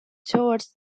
towards